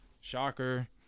Shocker